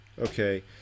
Okay